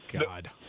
God